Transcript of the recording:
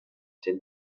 cent